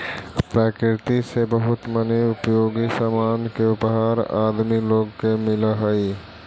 प्रकृति से बहुत मनी उपयोगी सामान के उपहार आदमी लोग के मिलऽ हई